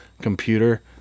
computer